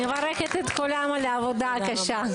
מברכת את כולם על העבודה הקשה.